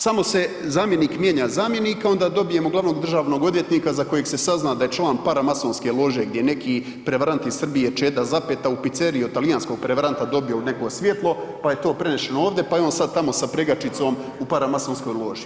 Samo se zamjenik mijenja zamjenika onda dobijemo glavnog državnog odvjetnika za kojeg se sazna da je član paramasonske lože gdje neki prevarant iz Srbije Čeda Zapeta u pizzeriji od talijanskog prevaranta dobio od nekoga svjetlo pa je to prenešeno ovdje pa je on sad tamo sa pregačicom u paramasonskoj loži.